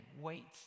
wait